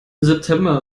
september